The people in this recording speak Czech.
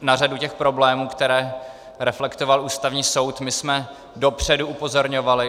Na řadu těch problémů, které reflektoval Ústavní soud, jsme my dopředu upozorňovali.